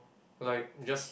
like just